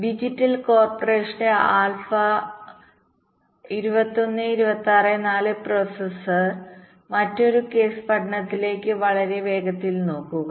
digital കോർപ്പറേഷന്റെ alpha 21264 പ്രോസസ്സർdigital corporation's alpha 21264 processorമറ്റൊരു കേസ് പഠനത്തിലേക്ക് വളരെ വേഗത്തിൽ നോക്കുക